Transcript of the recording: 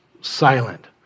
silent